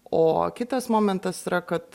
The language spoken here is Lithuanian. o kitas momentas yra kad